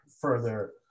further